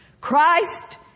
Christ